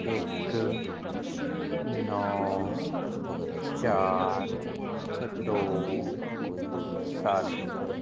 ਇੱਕ ਨੌਂ ਚਾਰ ਦੋ ਸੱਤ